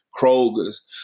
Kroger's